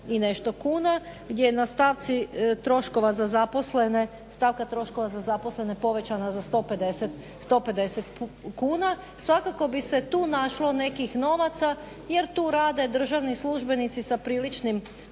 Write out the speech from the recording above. i nešto kuna, gdje je stavka troškova za zaposlene povećana za 150 kuna. Svakako bi se tu našlo nekih novaca jer tu rade državni službenici sa priličnim